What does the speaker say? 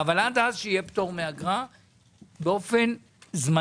אבל עד אז שיהיה פטור מאגרה באופן זמני,